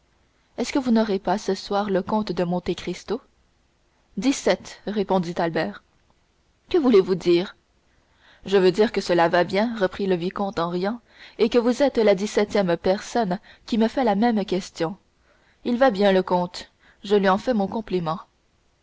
est-ce que vous n'aurez pas ce soir le comte de monte cristo dix-sept répondit albert que voulez-vous dire je veux dire que cela va bien reprit le vicomte en riant et que vous êtes la dix-septième personne qui me fait la même question il va bien le comte je lui en fais mon compliment